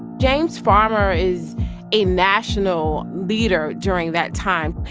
james farmer is a national leader during that time.